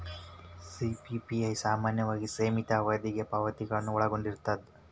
PPI ಸಾಮಾನ್ಯವಾಗಿ ಸೇಮಿತ ಅವಧಿಗೆ ಪಾವತಿಗಳನ್ನ ಒಳಗೊಂಡಿರ್ತದ